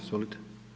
Izvolite.